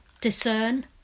discern